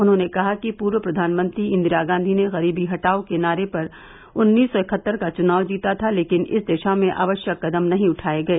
उन्होंने कहा कि पूर्व प्रधानमंत्री इंदिरागांधी ने गरीबी हटाओ के नारे पर उन्नीस सौ इकहत्तर का चुनाव जीता था लेकिन इस दिशा में आवश्यक कदम नहीं उठाये गए